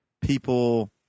people